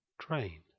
train